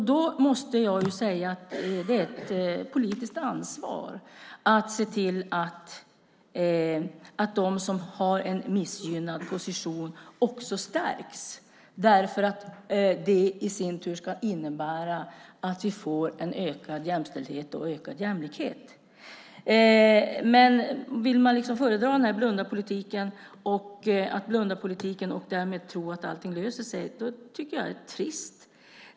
Då måste jag säga att det är ett politiskt ansvar att se till att de som har en missgynnad position stärks, för att det i sin tur ska innebära att vi får ökad jämställdhet och ökad jämlikhet. Men vill man föredra blundarpolitiken och därmed tro att allting löser sig tycker jag att det är trist.